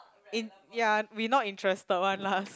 in ya we not interested one lah